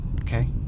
okay